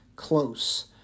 close